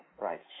right